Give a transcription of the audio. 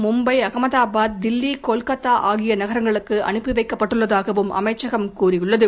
மும்பை அகமதாபாத் தில்லி கொல்கத்தா ஆகிய நகரங்களுக்கு அனுப்பி வைக்கப்பட்டுள்ளதாகவும் அமைச்சகம் கூறியுள்ளது